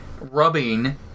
rubbing